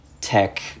tech